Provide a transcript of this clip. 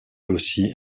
aussi